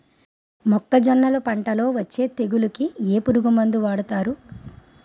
మొక్కజొన్నలు పంట లొ వచ్చే తెగులకి ఏ పురుగు మందు వాడతారు?